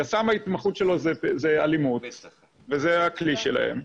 יס"מ, ההתמחות שלו זה אלימות וזה הכלי שלהם.